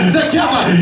together